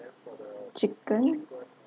chicken